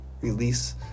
release